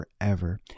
forever